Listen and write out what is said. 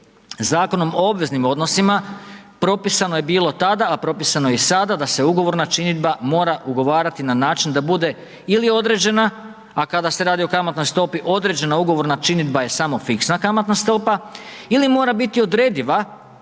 Zakonom o obveznim odnosima, propisano je bilo tada a propisano je i sada da se ugovorna činidba mora ugovarati na način da bude ili određena a kada se radi o kamatnoj stopi, određena ugovorna činidba je samo fiksna kamatna stopa ili mora biti odrediva